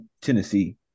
Tennessee